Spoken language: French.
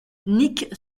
nick